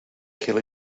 kill